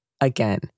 Again